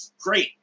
great